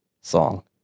song